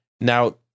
Now